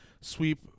sweep